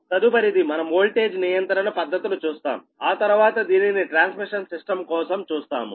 తదుపరిది మనం వోల్టేజ్ నియంత్రణ పద్ధతులు చూస్తాం ఆ తర్వాత దీనిని ట్రాన్స్మిషన్ సిస్టం కోసం చూస్తాము